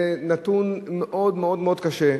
זה נתון מאוד מאוד מאוד קשה.